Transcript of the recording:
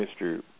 Mr